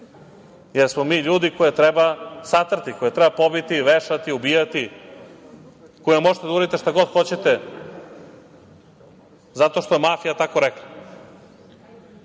jer smo mi ljudi koje treba satrti, koje treba pobiti, vešati, ubijati, kojima možete da uradite šta god hoćete zato što je mafija tako rekla.